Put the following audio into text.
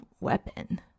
weapon